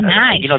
Nice